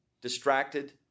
distracted